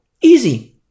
Easy